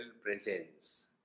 presence